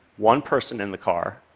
one person in the car,